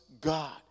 God